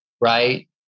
Right